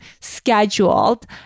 scheduled